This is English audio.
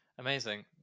Amazing